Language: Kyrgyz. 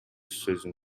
сөзүн